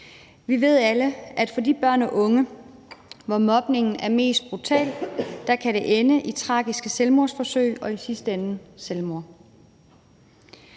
Vi ved alle, at for de børn og unge, hvor mobningen er mest brutal, kan det ende i tragiske selvmordsforsøg og i sidste ende i selvmord.